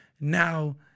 now